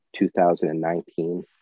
2019